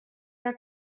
que